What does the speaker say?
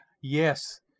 Yes